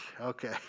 Okay